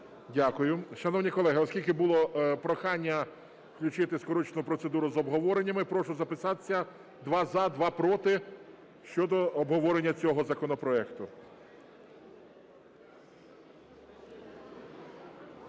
Дякую. Шановні колеги, оскільки було прохання включити скорочену процедуру з обговореннями, прошу записатися: два – за, два – проти, щодо обговорення цього законопроекту.